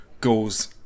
goes